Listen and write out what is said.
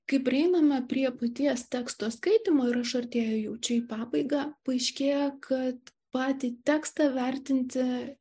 kai prieiname prie paties teksto skaitymo ir aš artėju jau čia į pabaigą paaiškėja kad patį tekstą vertinti